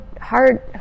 hard